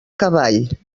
cavall